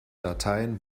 dateien